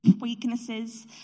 weaknesses